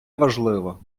важливо